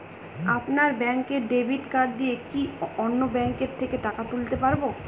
আপনার ব্যাংকের debit card দিয়ে কি অন্য ব্যাংকের থেকে টাকা তুলতে পারবো?